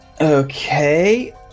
Okay